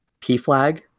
PFLAG